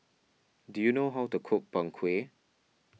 do you know how to cook Png Kueh